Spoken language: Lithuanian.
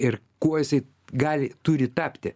ir kuo jisai gali turi tapti